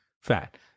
fat